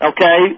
Okay